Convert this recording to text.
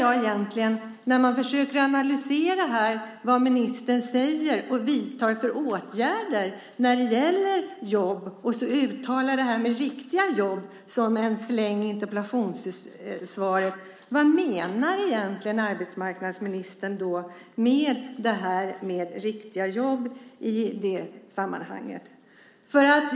Jag försöker analysera vad ministern säger och vidtar för åtgärder när det gäller jobb och när han sedan talar om detta med riktiga jobb som en släng i interpellationssvaret. Vad menar arbetsmarknadsministern egentligen med riktiga jobb i det sammanhanget?